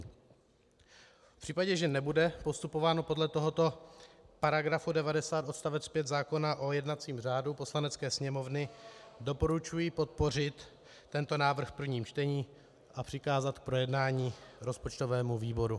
V případě, že nebude postupováno podle tohoto § 90 odst. 5 zákona o jednacím řádu Poslanecké sněmovny, doporučuji podpořit tento návrh v prvním čtení a přikázat k projednání rozpočtovému výboru.